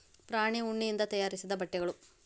ಪ್ರಾಣಿ ಉಣ್ಣಿಯಿಂದ ತಯಾರಿಸಿದ ಬಟ್ಟೆಗಳು